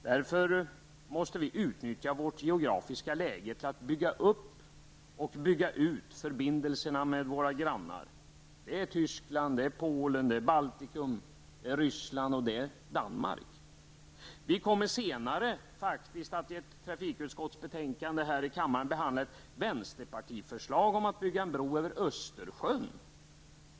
Vi måste utnyttja vårt geografiska läge till att bygga upp och bygga ut förbindelserna med våra grannar: Danmark. Vi kommer senare att i ett trafikutskottsbetänkande behandla ett vänsterpartiförslag om att bygga en bro över Östersjön.